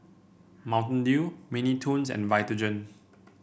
Mountain Dew Mini Toons and Vitagen